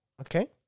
Okay